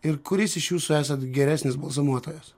ir kuris iš jūsų esat geresnis balzamuotojas